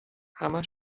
همه